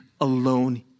alone